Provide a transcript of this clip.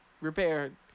repaired